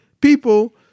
people